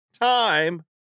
time